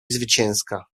zwycięska